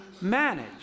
manage